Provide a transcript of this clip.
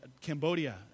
Cambodia